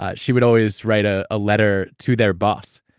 ah she would always write ah a letter to their boss